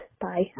Bye